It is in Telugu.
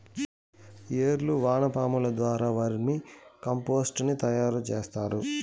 ఏర్లు వానపాముల ద్వారా వర్మి కంపోస్టుని తయారు చేస్తారు